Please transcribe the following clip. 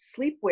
sleepwear